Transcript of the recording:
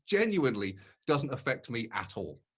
genuinely doesn't affect me at all.